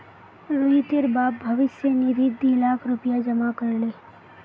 रोहितेर बाप भविष्य निधित दी लाख रुपया जमा कर ले